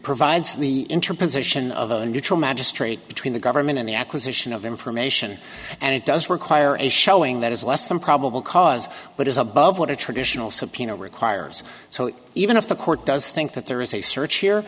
provides the interim position of a neutral magistrate between the government and the acquisition of information and it does require a showing that is less than probable cause but is above what a traditional subpoena requires so even if the court does think that there is a search